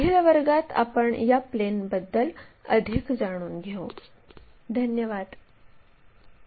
पुढच्या वर्गात भेटू